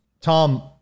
Tom